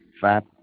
fat